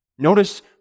Notice